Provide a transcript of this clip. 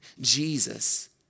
jesus